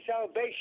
salvation